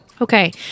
Okay